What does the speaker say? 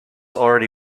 already